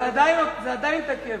זה עדיין תקף.